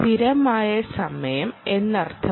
സ്ഥിരമായ സമയം എന്നതിനർത്ഥം